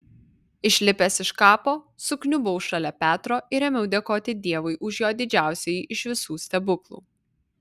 išlipęs iš kapo sukniubau šalia petro ir ėmiau dėkoti dievui už jo didžiausiąjį iš visų stebuklų